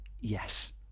Yes